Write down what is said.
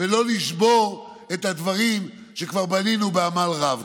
ולא לשבור את הדברים שכבר בנינו בעמל רב.